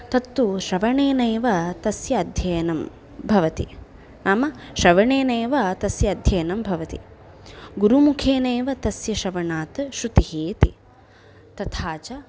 तत्तु श्रवणैनैव तस्य अध्ययनं भवति नाम श्रवणेनैव तस्य अध्ययनं भवति गुरुमुखेनैव तस्य श्रवणात् श्रुतिः इति तथा च